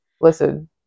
Listen